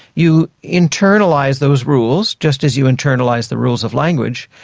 you internalise those rules, just as you internalise the rules of language,